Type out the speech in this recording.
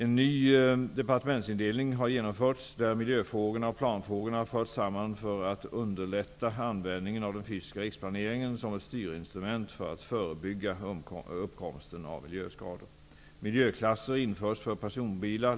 * En ny departementsindelning har genomförts, där miljöfrågorna och planfrågorna har förts samman för att underlätta användningen av den fysiska riksplaneringen som ett styrinstrument för att förebygga uppkomsten av miljöskador.